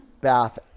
bath